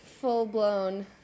full-blown